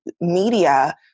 media